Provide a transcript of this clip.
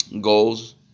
goals